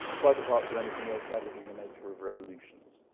quite apart from anything else that is in the nature of revolutions.